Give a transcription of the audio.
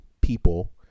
people